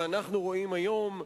שאנחנו רואים היום,